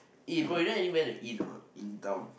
bro you know anywhere to eat or not in town